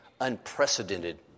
unprecedented